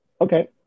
Okay